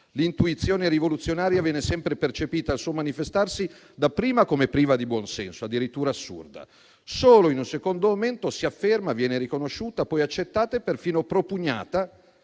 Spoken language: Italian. L'intuizione rivoluzionaria viene sempre percepita al suo manifestarsi, dapprima come priva di buon senso, addirittura assurda». Solo in un secondo momento «si afferma, viene riconosciuta, poi accettata, perfino propugnata